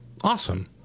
Awesome